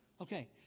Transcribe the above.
Okay